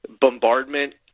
Bombardment